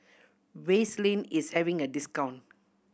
Vaselin is having a discount